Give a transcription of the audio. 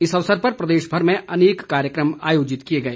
इस अवसर पर प्रदेशभर में अनेक कार्यक्रम आयोजित किए गए